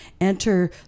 Enter